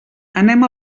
anem